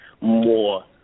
more